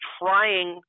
trying